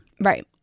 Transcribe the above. right